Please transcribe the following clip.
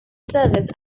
service